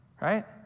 right